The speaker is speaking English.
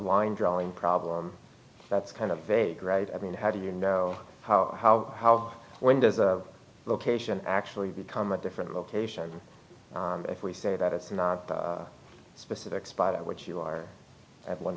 line drawing problem that's kind of a great i mean how do you know how how how when does a location actually become a different location if we say that it's not a specific spot at which you are at one